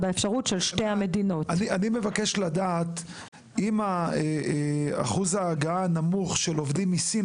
אני מבקש לדעת אם אחוז ההגעה הנמוך של עובדים מסין,